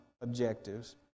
objectives